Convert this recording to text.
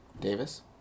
Davis